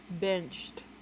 Benched